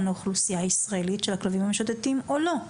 לאוכלוסייה הישראלית של הכלבים המשוטטים או לא.